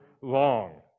long